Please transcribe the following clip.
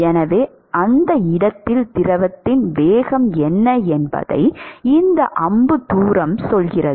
எனவே அந்த இடத்தில் திரவத்தின் வேகம் என்ன என்பதை இந்த அம்பு தூரம் சொல்கிறது